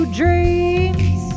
dreams